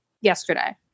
yesterday